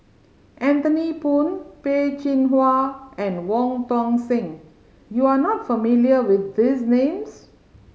Anthony Poon Peh Chin Hua and Wong Tuang Seng you are not familiar with these names